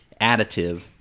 additive